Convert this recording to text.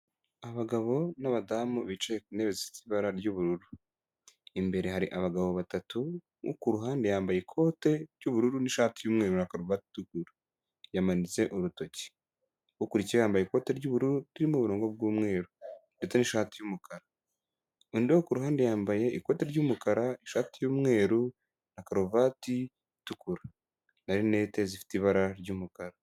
Abagabo n'abadamu bicaye ku ntebe zifite ibara ry'ubururu, imbere hari abagabo batatu, uwo kuruhande yambaye ikote ry'ubururu n'ishati yumweru na karuvati itukura yamanitse urutoki, ukurikiyeho yambaye ikoti ry'ubururu ririmo uburungo bw'umweru ndetse n'ishati y'umukara, undi kuruhande yambaye ikoti ry'umukara, ishati yumweru na karuvati itukura na rinete zifite ibara ry'umukara.